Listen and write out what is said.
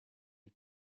est